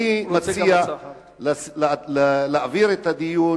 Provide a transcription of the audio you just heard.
אני מציע להעביר את הדיון